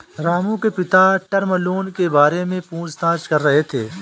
रामू के पिता term loan के बारे में पूछताछ कर रहे थे